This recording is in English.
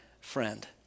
friend